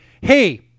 Hey